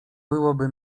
byłoby